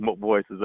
voices